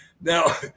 now